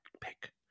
pick